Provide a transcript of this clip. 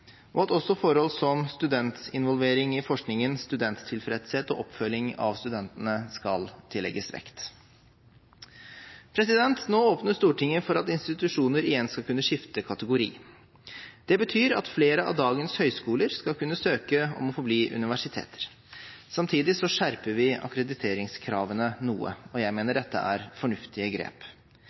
og at også forhold som studentinvolvering i forskningen, studenttilfredshet og oppfølging av studentene skal tillegges vekt. Nå åpner Stortinget for at institusjoner igjen skal kunne skifte kategori. Det betyr at flere av dagens høyskoler skal kunne søke om å få bli universiteter. Samtidig skjerper vi akkrediteringskravene noe. Jeg mener dette er fornuftige grep.